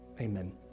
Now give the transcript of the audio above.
Amen